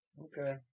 Okay